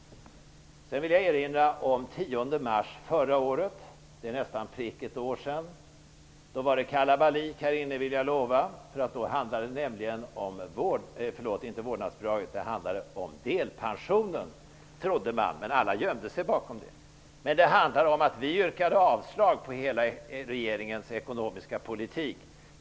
Jag vill erinra om den 10 mars förra året. Det är nästan prick ett år sedan. Då var det kalabalik här inne, vill jag lova. Alla gömde sig bakom att det handlade om delpensionen, men det handlade om att vi yrkade avslag på hela regeringens ekonomiska politik.